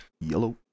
Yellow